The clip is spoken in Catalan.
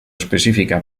específica